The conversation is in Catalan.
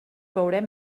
veurem